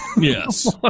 Yes